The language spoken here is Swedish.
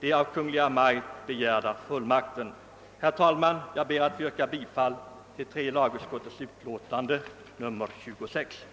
den av Kungl. Maj:t begärda fullmakten. Herr talman! Jag ber att få yrka bifall till tredje lagutskottets hemställan i dess utlåtande nr 26.